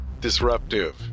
disruptive